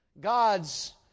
God's